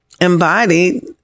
embodied